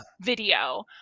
video